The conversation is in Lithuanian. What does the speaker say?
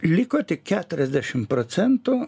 liko tik keturiasdešim procentų